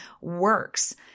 works